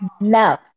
No